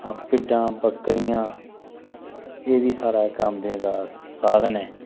भिड्डां बक्करियां एह् बी साढ़ा इक औंदनी दा साधन ऐ